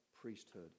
priesthood